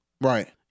Right